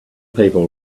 people